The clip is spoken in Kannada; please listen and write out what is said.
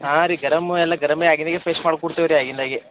ಹಾಂ ರೀ ಗರಮ್ಮು ಎಲ್ಲ ಗರಮ್ಮೆ ಆಗಿದೆ ರಿಫ್ರೆಶ್ ಮಾಡಿ ಕೊಡ್ತೀವಿ ರೀ ಆಗಿದಾಂಗೆ